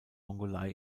mongolei